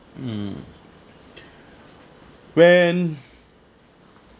mm when